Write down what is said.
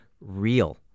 real